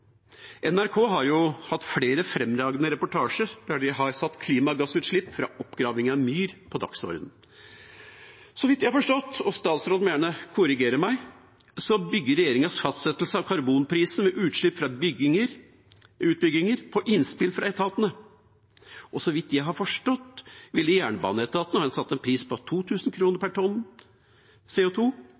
NRK har hatt flere fremragende reportasjer der de har satt klimagassutslipp fra oppgraving av myr på dagsordenen. Så vidt jeg har forstått det, og statsråden må gjerne korrigere meg, bygger regjeringas fastsettelse av karbonprisen ved utslipp fra utbygginger på innspill fra etatene. Så vidt jeg har forstått det, ville jernbaneetaten satt en pris på 2 000 kr per tonn